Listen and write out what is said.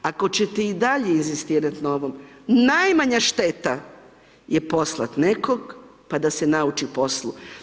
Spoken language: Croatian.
Ako ćete i dalje inzistirat na ovom, najmanja šteta je poslat nekog, pa da se nauči poslu.